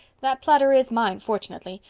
that platter is mine fortunately,